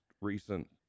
recent